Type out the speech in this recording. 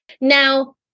Now